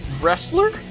Wrestler